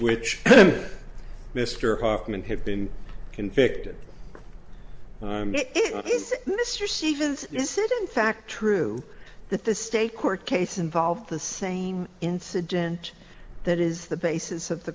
which mr hoffman had been convicted mr stevens is it in fact true that the state court case involved the same incident that is the basis of the